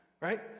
right